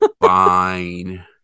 fine